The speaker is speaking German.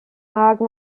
magen